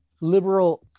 liberal